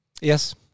Yes